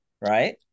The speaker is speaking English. right